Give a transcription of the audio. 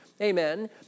amen